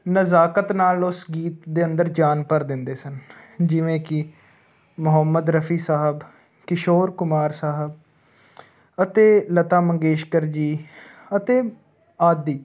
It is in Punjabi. ਨਜ਼ਾਕਤ ਨਾਲ ਉਸ ਗੀਤ ਦੇ ਅੰਦਰ ਜਾਨ ਭਰ ਦਿੰਦੇ ਸਨ ਜਿਵੇਂ ਕਿ ਮੁਹੰਮਦ ਰਫੀ ਸਾਹਿਬ ਕਿਸ਼ੋਰ ਕੁਮਾਰ ਸਾਹਿਬ ਅਤੇ ਲਤਾ ਮੰਗੇਸ਼ਕਰ ਜੀ ਅਤੇ ਆਦਿ